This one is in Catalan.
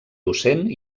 docent